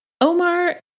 Omar